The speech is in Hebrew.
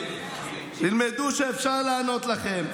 תלמדו שאפשר לענות לכם.